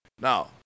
Now